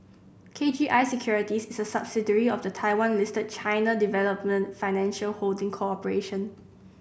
K G I Securities is a subsidiary of the Taiwan Listed China Development Financial Holding Corporation